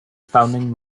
founding